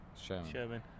Sherman